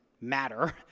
matter